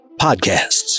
Podcasts